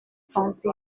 santé